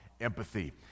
empathy